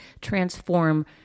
transform